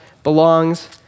belongs